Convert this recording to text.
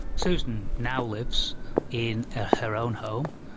susan now lives in ah her own home.